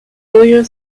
lawyer